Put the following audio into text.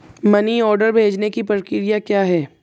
Money order भेजने की प्रक्रिया क्या है?